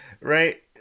right